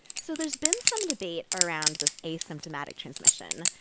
so there's been some debate around this asymptomatic transmission.